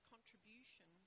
Contribution